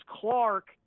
Clark